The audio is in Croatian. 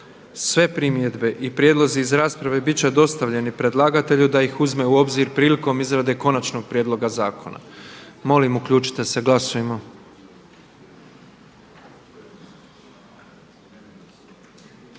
Sve primjedbe i prijedlozi iz rasprave biti će dostavljeni predlagatelju da ih uzme u obzir prilikom izrade konačnog prijedloga zakona.“. Molim uključite se, glasujmo.